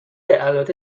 البته